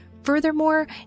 Furthermore